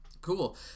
Cool